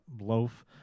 loaf